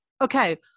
okay